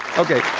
okay.